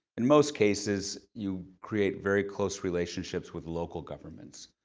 in most cases, you create very close relationships with local governments.